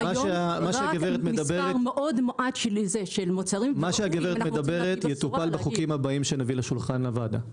מה שהגברת מדברת עליו יטופל בחוקים הבאים שנביא לשולחן הוועדה.